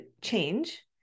change